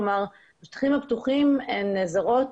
כלומר בשטחים הפתוחים הן נעזרות,